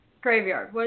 graveyard